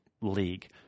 league